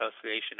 Association